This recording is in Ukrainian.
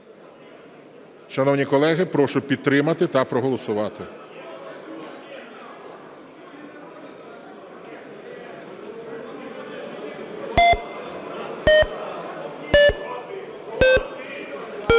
Шановні колеги, прошу підтримати та проголосувати.